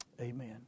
Amen